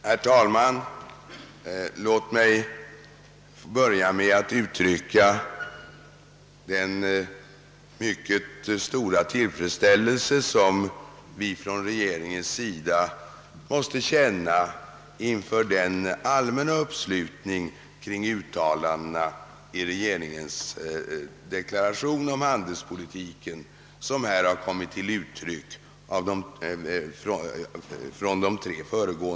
Herr talman! Låt mig börja med att uttala den mycket stora tillfredsställelse som regeringen måste känna inför den allmänna uppslutning kring uttalandena i regeringens deklaration om handelspolitiken som de tre föregående talarnas anföranden har visat.